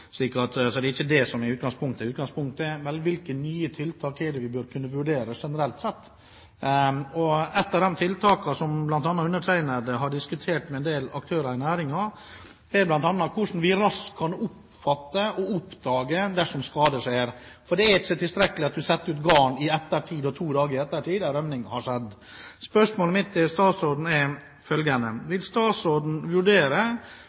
så det er ikke det som er utgangspunktet. Utgangspunktet er: Hvilke nye tiltak er det vi bør vurdere generelt sett? Ett av de tiltakene som bl.a. undertegnede har diskutert med en del aktører i næringen, er hvordan vi raskt kan oppdage det dersom skade har skjedd. For det er ikke tilstrekkelig at man setter ut garn to dager i ettertid når rømming har skjedd. Jeg vil spørre statsråden om følgende: Vil statsråden vurdere